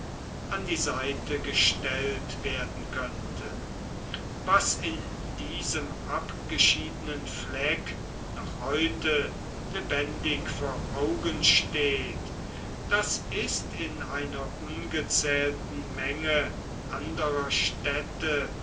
an die seite gestellt werden könnte was in diesem abgeschiedenen fleck noch heute leben dig vor augen steht das ist in einer ungezählten menge anderer städte